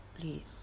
please